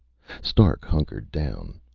stark hunkered down.